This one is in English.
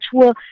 tour